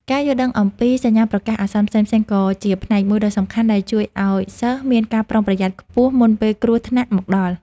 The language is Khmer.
ការយល់ដឹងអំពីសញ្ញាប្រកាសអាសន្នផ្សេងៗ ក៏ជាផ្នែកមួយដ៏សំខាន់ដែលជួយឱ្យសិស្សមានការប្រុងប្រយ័ត្នខ្ពស់មុនពេលគ្រោះថ្នាក់មកដល់។